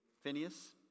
Phineas